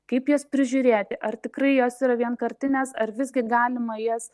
kaip juos prižiūrėti ar tikrai jos yra vienkartinės ar visgi galima jas